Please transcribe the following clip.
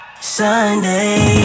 Sunday